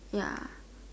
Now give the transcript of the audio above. ya